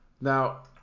Now